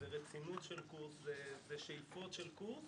זה רצינות של קורס, זה שאיפות של קורס